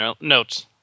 notes